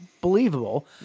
believable